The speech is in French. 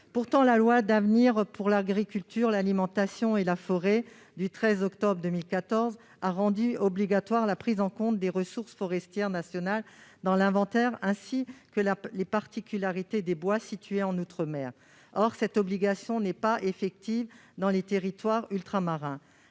octobre 2014 d'avenir pour l'agriculture, l'alimentation et la forêt a rendu obligatoire la prise en compte des ressources forestières nationales dans l'inventaire, ainsi que les particularités des bois situés en outre-mer. Or cette obligation n'est pas effective dans les territoires ultramarins.